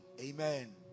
Amen